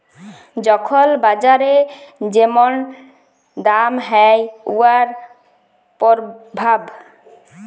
যখল বাজারে যেমল দাম হ্যয় উয়ার পরভাব